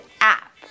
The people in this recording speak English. app